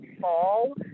fall